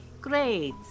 great